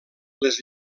les